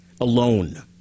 alone